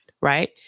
right